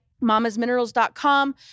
MamasMinerals.com